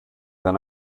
than